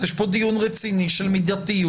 יש כאן דיון רציני של מידתיות,